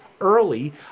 early